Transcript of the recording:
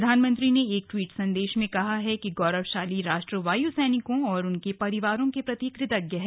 प्रधानमंत्री ने एक ट्वीट संदेश में कहा है कि गौरवशाली राष्ट्र वायु सैनिकों और उनके परिवारों के प्रति कृतज्ञ है